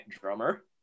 drummer